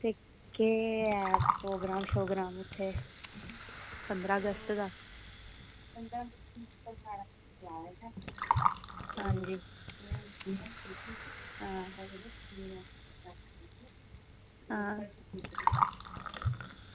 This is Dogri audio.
ते केह् ऐ प्रोग्राम इत्थें पंदरां अगस्त दा आं जी आं आं